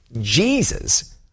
Jesus